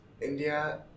India